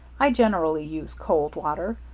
i generally use cold water.